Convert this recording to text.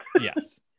Yes